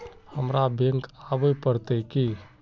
हमरा बैंक आवे पड़ते की?